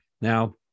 Now